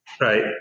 right